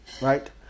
right